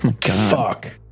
Fuck